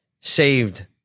saved